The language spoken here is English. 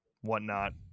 whatnot